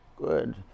Good